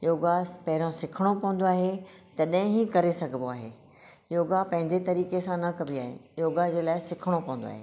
योगा पेहिरियों सिखणो पवंदो आहे तॾहिं ई करे सघबो आहे योगा पंहिंजे तरीक़े सां न कबी आहे योगा जे लाइ सिखणो पवंदो आहे